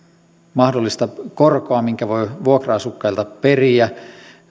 mahdollista korkoa minkä voi vuokra asukkailta periä